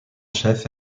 chef